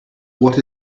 what